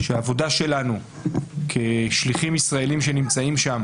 שהעבודה שלנו כשליחים ישראלים שנמצאים שם